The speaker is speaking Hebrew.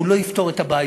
הוא לא יפתור את הבעיות,